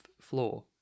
floor